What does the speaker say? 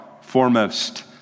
foremost